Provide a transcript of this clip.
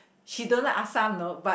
she don't like assam know but